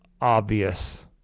obvious